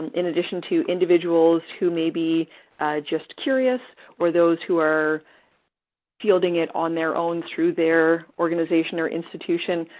in addition to individuals who may be just curious or those who are fielding it on their own through their organization or institution,